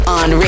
on